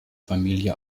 familie